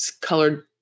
colored